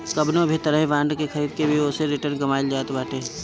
कवनो भी तरही बांड खरीद के भी ओसे रिटर्न कमाईल जात बाटे